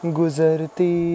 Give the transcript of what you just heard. guzarti